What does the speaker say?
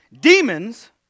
Demons